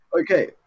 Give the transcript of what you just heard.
Okay